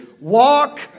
Walk